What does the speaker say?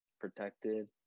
protected